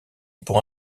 pour